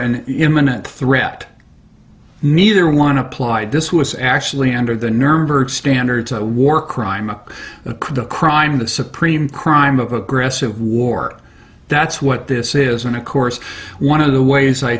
an imminent threat neither one applied this was actually under the nuremberg standards a war crime a crime the supreme crime of aggressive war that's what this is and of course one of the ways i